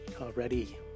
already